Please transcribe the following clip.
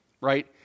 right